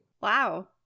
Wow